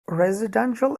residential